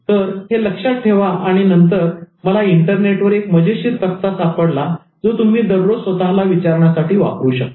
तर हे लक्षात ठेवा आणि नंतर मला इंटरनेटवर एक मजेशीर तक्ता सापडला जो तुम्ही दररोज स्वतःला विचारण्यासाठी वापरू शकता